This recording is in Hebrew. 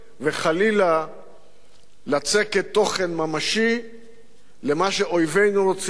וחלילה לצקת תוכן ממשי למה שאויבינו רוצים,